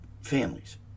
families